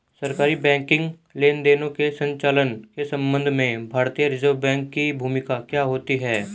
सरकारी बैंकिंग लेनदेनों के संचालन के संबंध में भारतीय रिज़र्व बैंक की भूमिका क्या होती है?